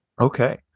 Okay